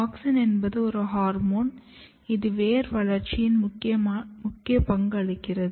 auxin என்பது ஒரு hormone இது வேர் வளர்ச்சியில் முக்கிய பங்களிக்கிறது